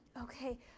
Okay